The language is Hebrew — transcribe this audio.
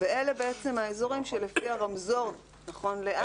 ואלה האזורים שלפי הרמזור נכון לאז,